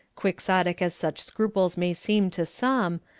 quixotic as such scruples may seem to some,